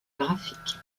graphique